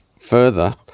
further